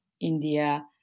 India